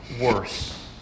worse